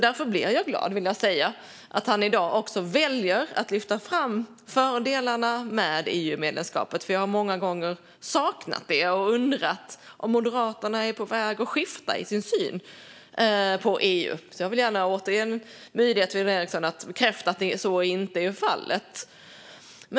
Därför blir jag glad att han i dag väljer att också lyfta fram fördelarna med EU-medlemskapet, för jag har många gånger saknat det och undrat om Moderaterna är på väg att skifta i sin syn på EU. Kan Jan Ericson bekräfta att så inte är fallet?